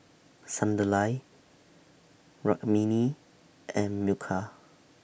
Sunderlal Rukmini and Milkha